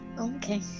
Okay